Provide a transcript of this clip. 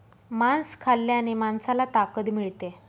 मांस खाल्ल्याने माणसाला ताकद मिळते